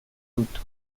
dut